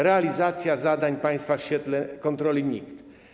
Realizacja zadań państwa w świetle kontroli NIK.